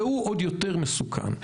והוא עוד יותר מסוכן.